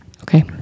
Okay